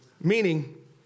meaning